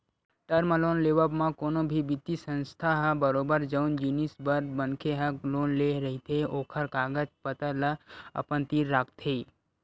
term loan लेवब म कोनो भी बित्तीय संस्था ह बरोबर जउन जिनिस बर मनखे ह लोन ले रहिथे ओखर कागज पतर ल अपन तीर राखथे